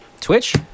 Twitch